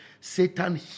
Satan